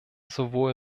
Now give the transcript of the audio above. sowohl